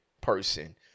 person